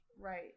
Right